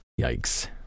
Yikes